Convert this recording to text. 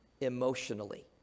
emotionally